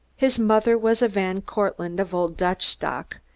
his mother was a van cortlandt of old dutch stock,